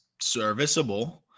serviceable